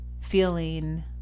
feeling